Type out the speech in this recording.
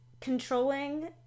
controlling